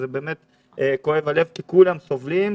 באמת כואב הלב כי כולם סובלים.